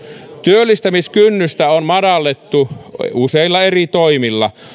työllistämiskynnystä on madallettu useilla eri toimilla